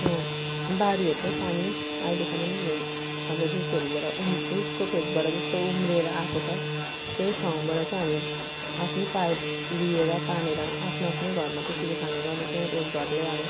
बारीहरूकै पानी अहिलेसम्म यो अब रुखहरूबाट उम् रुखको फेदबाट त्यस्तो उम्रेर आएको छ त्यही ठाउँबाट चाहिँ हामी आफ्नै पाइप लिएर तानेर आफ्नो आफ्नो घरमा त्यसरी खाने गर्दछौँ एक घरले अब